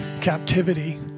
captivity